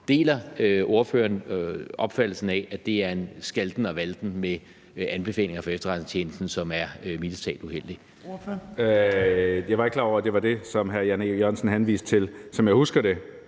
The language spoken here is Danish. Deler ordføreren opfattelsen af, at det er en skalten og valten med anbefalinger fra efterretningstjenesten, som mildest talt er uheldig?